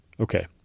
Okay